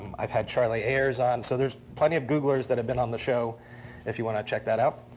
i've had charlie ayres on. so there's plenty of googlers that have been on the show if you want to check that out.